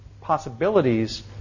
possibilities